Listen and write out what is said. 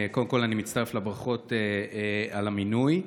קודם כול אני מצטרף לברכות על המינוי.